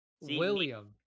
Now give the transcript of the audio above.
William